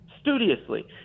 studiously